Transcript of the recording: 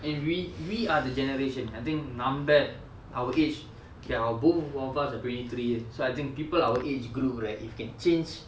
and we we are the generation I think நம்ம:namma our age okay both of us are twenty three years so I think people our age group right if can change